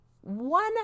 one